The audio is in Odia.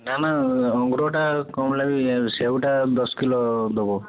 ନା ନା ଅଙ୍ଗୁରଟା କମ୍ ଲାଗି ସେଓଟା ଦଶ କିଲୋ ଦେବ